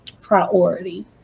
priority